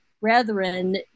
brethren